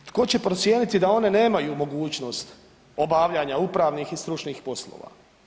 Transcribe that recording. Tko će procijeniti da one nemaju mogućnost obavljanja upravnih i stručnih poslova?